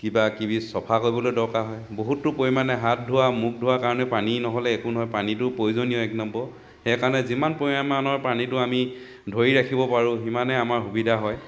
কিবা কিবি চফা কৰিবলৈ দৰকাৰ হয় বহুতো পৰিমাণে হাত ধোৱা মুখ ধোৱাৰ কাৰণে পানী নহ'লে একো নহয় পানীটো প্ৰয়োজনীয় এক নম্বৰ সেইকাৰণে যিমান পৰিমাণৰ পানীতো আমি ধৰি ৰাখিব পাৰোঁ সিমানে আমাৰ সুবিধা হয়